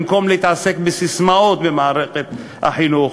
במקום להתעסק בססמאות במערכת החינוך,